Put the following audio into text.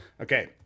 Okay